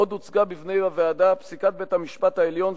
עוד הוצגה בפני הוועדה פסיקת בית-המשפט העליון,